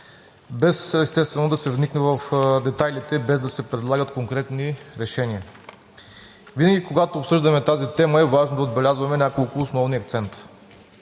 да се вникне в детайлите и без да се предлагат конкретни решения. Винаги, когато обсъждаме тази тема, е важно да отбелязваме няколко основни акцента.